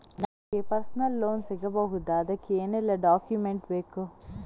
ನನಗೆ personal loan ಸಿಗಬಹುದ ಅದಕ್ಕೆ ಏನೆಲ್ಲ ಡಾಕ್ಯುಮೆಂಟ್ ಬೇಕು?